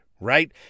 Right